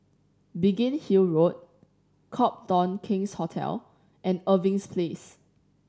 Biggin Hill Road Copthorne King's Hotel and Irving Place